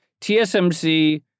TSMC